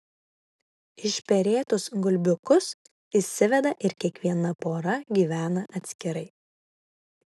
išperėtus gulbiukus išsiveda ir kiekviena pora gyvena atskirai